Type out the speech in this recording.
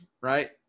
right